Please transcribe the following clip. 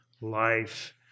life